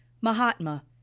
Mahatma